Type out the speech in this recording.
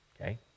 Okay